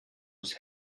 was